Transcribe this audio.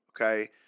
Okay